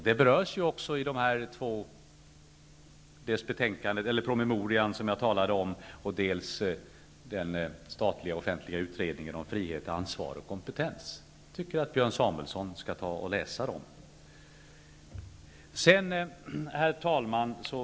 Det berörs dels i den promemoria som jag talade om, dels i den statliga offentliga utredningen om frihet, ansvar och kompetens. Jag tycker att Björn Samuelson skall läsa dem. Herr talman!